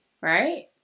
right